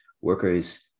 workers